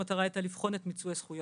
המטרה הייתה לבחון את מיצוי הזכויות.